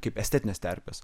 kaip estetines terpes